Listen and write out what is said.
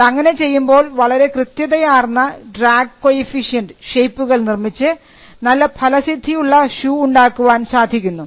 അത് അങ്ങനെ ചെയ്യുമ്പോൾ വളരെ കൃത്യതയാർന്ന ഡ്രാഗ് കൊയെഫിഷ്യന്റ് ഷേപ്പുകൾ നിർമ്മിച്ച് നല്ല ഫലസിദ്ധിയുള്ള ഷൂ ഉണ്ടാക്കുവാൻ സാധിക്കുന്നു